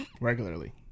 Regularly